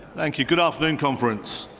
thank you. good afternoon, conference.